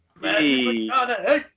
Hey